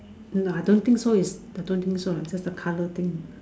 no I don't think so is I don't think so leh is just the colour thing